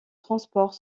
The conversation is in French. transport